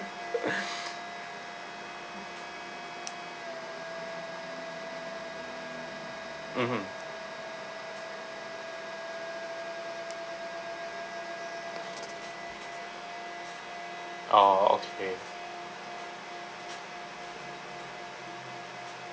mmhmm oh okay